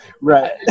right